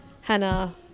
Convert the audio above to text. Hannah